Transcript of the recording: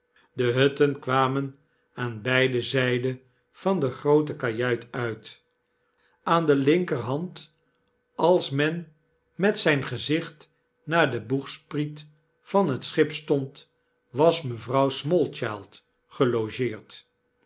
de hutten kwamen aan beide zyden van de groote kajuit uit aan de linkerhand als men met zijn gezicht naar den boegspriet van het schip stond was mevrouw smallchild gelogeerd